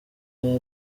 hari